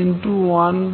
mZ2e416202h21n3